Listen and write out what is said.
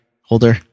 holder